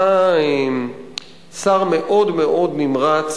אתה שר מאוד מאוד נמרץ,